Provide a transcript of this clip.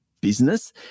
business